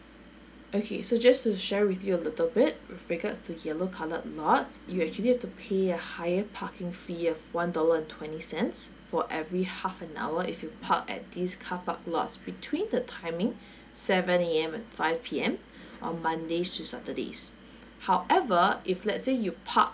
okay so just to share with you a little bit with regards to yellow coloured lots you'll actually have to pay a higher parking fee of one dollar and twenty cents for every half an hour if you park at these car park lots between the timing seven A_M and five P_M on mondays to saturdays however if let's say you park